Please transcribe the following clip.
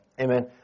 Amen